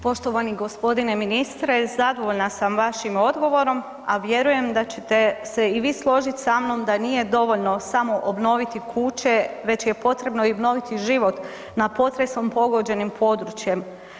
Poštovani gospodine ministre zadovoljna sam vašim odgovorom, a vjerujem da ćete se i vi složiti sa mnom da nije dovoljno samo obnoviti kuće već je potrebno i obnoviti život na potresom pogođenim područjem.